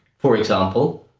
for example,